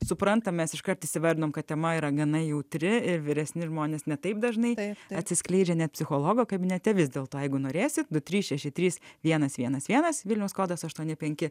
suprantame mes iškart įsivardijome kad tema yra gana jautri ir vyresni žmonės ne taip dažnai atsiskleidžia ne psichologo kabinete vis dėlto jeigu norėsite du trys šeši trys vienas vienas vienas vilniaus kodas aštuoni penki